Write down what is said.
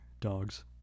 Dogs